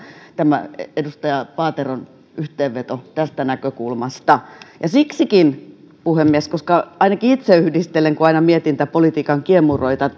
tämä edustaja paateron yhteenveto tästä näkökulmasta oli erittäin hyvä ja siksikin puhemies ainakin itse yhdistelen kun aina mietin näitä politiikan kiemuroita